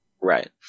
Right